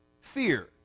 fear